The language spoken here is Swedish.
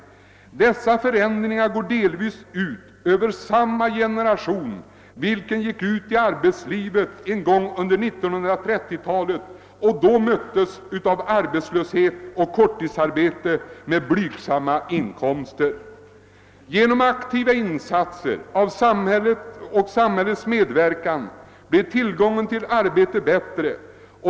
Dessa förändringar drabbar delvis den generation som gick ut i arbetslivet en gång under 1930-talet och då möttes av arbetslöshet eller korttidsarbeten med blygsamma inkomster. Genom aktiva insatser av samhället blev tillgången till arbete bättre.